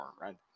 right